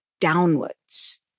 downwards